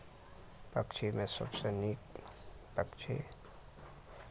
पक्षीमे सभसँ नीक पक्षी